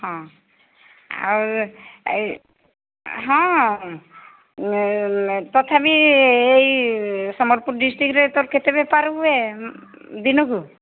ହଁ ଆଉ ହଁ ତଥାପି ଏଇ ସମ୍ବଲପୁର ଡିଷ୍ଟ୍ରିକଟରେ ତୋର କେତେ ବେପାର ହୁଏ ଦିନକୁ